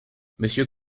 monsieur